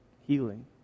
healing